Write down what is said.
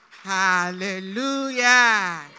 Hallelujah